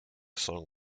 song